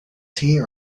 tea